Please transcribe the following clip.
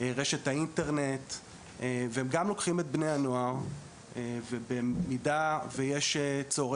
ברשת האינטרנט והם גם לוקחים את בני הנוער ובמידת הצורך,